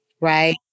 right